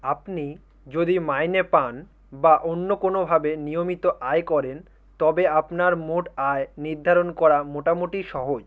আপনি যদি মাইনে পান বা অন্য কোনোভাবে নিয়মিত আয় করেন তবে আপনার মোট আয় নির্ধারণ করা মোটামোটি সহজ